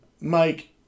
Mike